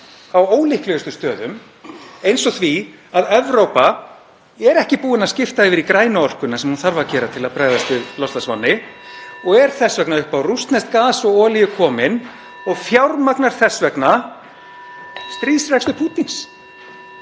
á ólíklegustu stöðum eins og því að Evrópa er ekki búin að skipta yfir í grænu orkuna (Forseti hringir.) sem þarf að gera til að bregðast við loftslagsvánni og er þess vegna upp á rússneskt gas og olíu komin og fjármagnar þess vegna stríðsrekstur